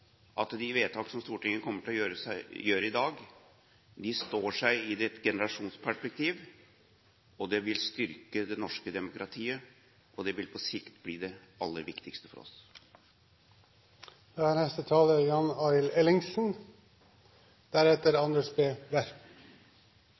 de vedtak som Stortinget kommer til å gjøre i dag, står seg i et generasjonsperspektiv. Det vil styrke det norske demokratiet – og det vil på sikt bli det aller viktigste for